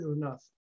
enough